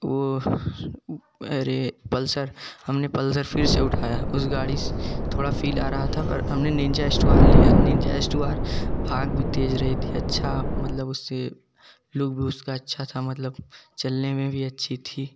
वो अरे पल्सर हमने पल्सर फिर से उठाया उस गाड़ी से थोड़ा फ़ील आ रहा था और हमने निंजा एच टू आर लिया निंजा एच टू आर भाग भी तेज रही थी अच्छा मतलब उससे लुक भी उसका अच्छा था मतलब चलने में भी अच्छी थी